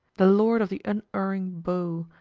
the lord of the unerring bow,